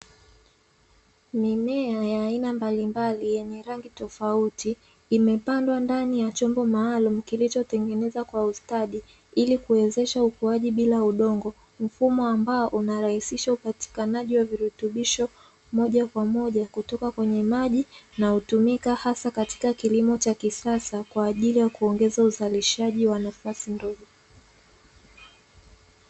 Mimea ya aina mbalimbali yenye rangi tofauti imepandwa ndani ya chombo maalumu kilichotenegenezwa kwa ustadi ili kuwezesha ukuaji bila udongo. Mfumo ambao unarahisisha upatikanaji wa virutubisho moja kwa moja kutoka kwenye maji na hutumika hasa katika kilimo cha kisasa kwa ajili kuongeza uzalishaji wa nafasi ndogo.